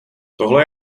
tohle